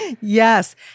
Yes